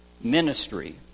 ministry